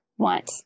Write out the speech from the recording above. want